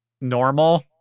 normal